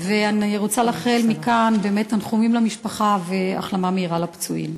ואני רוצה לשלוח מכאן באמת תנחומים למשפחה ולאחל החלמה מהירה לפצועים.